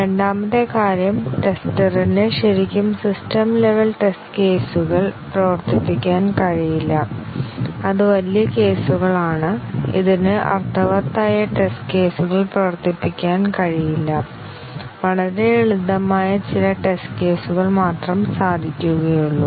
രണ്ടാമത്തെ കാര്യം ടെസ്റ്ററിന് ശരിക്കും സിസ്റ്റം ലെവൽ ടെസ്റ്റ് കേസുകൾ പ്രവർത്തിപ്പിക്കാൻ കഴിയില്ല അത് വലിയ കേസുകളാണ് ഇതിന് അർത്ഥവത്തായ ടെസ്റ്റ് കേസുകൾ പ്രവർത്തിപ്പിക്കാൻ കഴിയില്ല വളരെ ലളിതമായ ചില ടെസ്റ്റ് കേസുകൾ മാത്രം സാധിക്കുകയുള്ളൂ